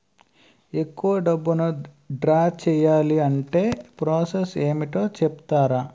ఎక్కువ డబ్బును ద్రా చేయాలి అంటే ప్రాస సస్ ఏమిటో చెప్తారా?